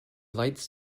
lights